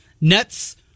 Nets